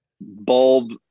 bulb